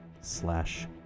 slash